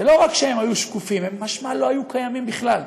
לא רק שהם היו שקופים, הם לא היו קיימים בכלל.